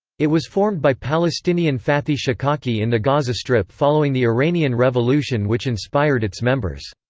it was formed by palestinian fathi shaqaqi in the gaza strip following the iranian revolution which inspired its members.